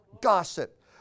gossip